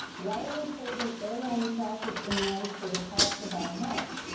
why are we trading airline profits and noise for the cost of our health?